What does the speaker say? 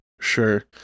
Sure